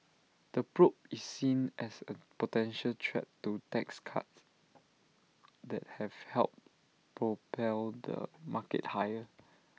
the probe is seen as A potential threat to tax cuts that have helped propel the market higher